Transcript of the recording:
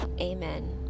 Amen